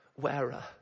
wearer